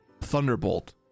Thunderbolt